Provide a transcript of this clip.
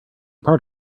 part